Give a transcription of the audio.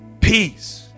peace